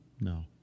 No